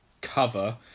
cover